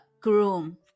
groom